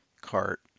cart